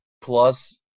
plus